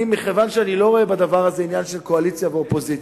מכיוון שאני לא רואה בזה עניין של קואליציה ואופוזיציה,